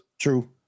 True